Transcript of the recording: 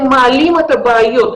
הם מעלים את הבעיות,